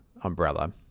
Umbrella